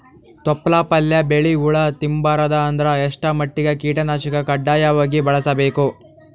ತೊಪ್ಲ ಪಲ್ಯ ಬೆಳಿ ಹುಳ ತಿಂಬಾರದ ಅಂದ್ರ ಎಷ್ಟ ಮಟ್ಟಿಗ ಕೀಟನಾಶಕ ಕಡ್ಡಾಯವಾಗಿ ಬಳಸಬೇಕು?